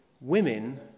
women